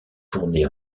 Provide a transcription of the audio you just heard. tournées